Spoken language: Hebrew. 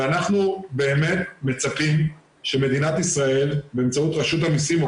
ואנחנו באמת מצפים שמדינת ישראל באמצעות רשות המסים או